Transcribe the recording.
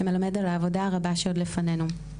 שמלמד על העבודה הרבה שעוד לפנינו.